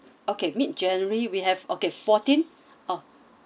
okay mid january we have okay fourteen of